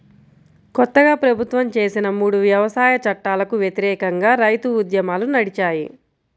కొత్తగా ప్రభుత్వం చేసిన మూడు వ్యవసాయ చట్టాలకు వ్యతిరేకంగా రైతు ఉద్యమాలు నడిచాయి